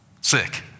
sick